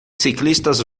ciclistas